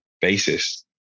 basis